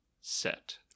set